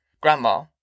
Grandma